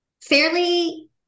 fairly